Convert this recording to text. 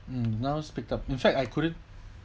mm now it's picked up in fact I couldn't